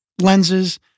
lenses